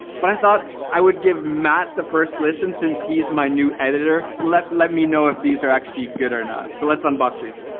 but i thought i would give matt the first listen, since he's my new editor. let let me know if these are actually good or not. so let's unbox these.